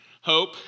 Hope